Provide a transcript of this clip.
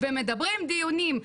ומדברים דיונים,